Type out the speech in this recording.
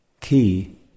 key